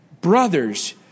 Brothers